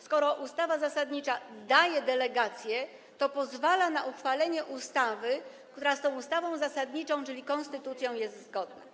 Skoro ustawa zasadnicza daje delegację, to pozwala na uchwalenie ustawy, która z ustawą zasadniczą, czyli konstytucją, jest zgodna.